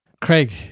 Craig